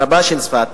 רבה של צפת,